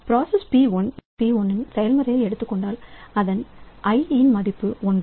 process P1 செயல்முறைக் எடுத்துக்கொண்டால் அதன் i இன் மதிப்பு 1